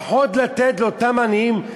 פחות לתת לאותם עניים?